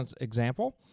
example